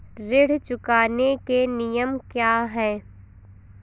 ऋण चुकाने के नियम क्या हैं?